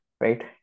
right